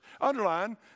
Underline